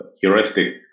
heuristic